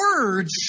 words